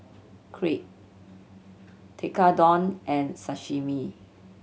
Crepe Tekkadon and Sashimi